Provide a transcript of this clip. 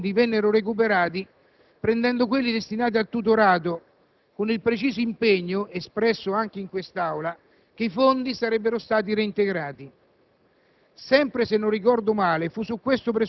sia consentito altresì ricordare che quei fondi vennero recuperati utilizzando quelli destinati al tutorato, con il preciso impegno, espresso anche in quest'Aula, che sarebbero stati reintegrati.